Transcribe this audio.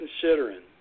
considering